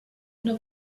una